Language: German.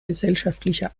gesellschaftlicher